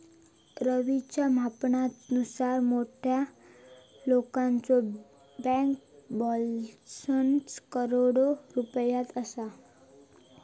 रवीच्या म्हणण्यानुसार मोठ्या लोकांचो बँक बॅलन्स करोडो रुपयात असा